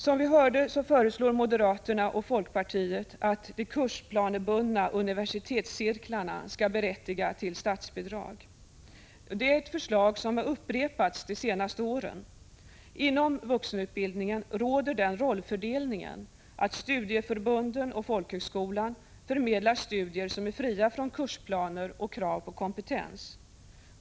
Som vi hörde föreslår moderaterna och folkpartiet att de kursplanebundna universitetscirklarna skall berättiga till statsbidrag. Det är ett förslag som har upprepats de senaste åren. Inom vuxenutbildningen råder den rollfördelningen att studieförbunden och folkhögskolan förmedlar studier som är fria från kursplaner och krav på kompetens.